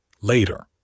Later